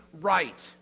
right